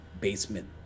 basement